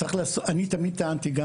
אני תמיד טענתי,